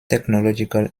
technological